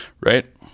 right